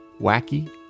wacky